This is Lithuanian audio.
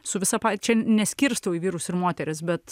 su visa pa čia neskirstau į vyrus ir moteris bet